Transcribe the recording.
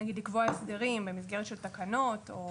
לקבוע הסדרים במסגרת של תקנות או